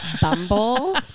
Bumble